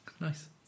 Nice